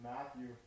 Matthew